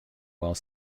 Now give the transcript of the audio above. while